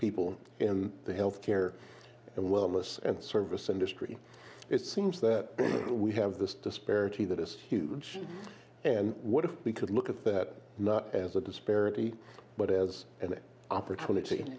people in the health care and wellness and service industry it seems that we have this disparity that is huge what if we could look at that as a disparity but as an